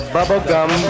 Bubblegum